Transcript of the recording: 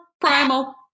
primal